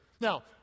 Now